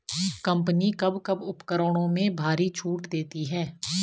Company कब कब उपकरणों में भारी छूट देती हैं?